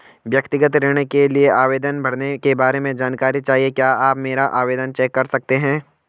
व्यक्तिगत ऋण के लिए आवेदन भरने के बारे में जानकारी चाहिए क्या आप मेरा आवेदन चेक कर सकते हैं?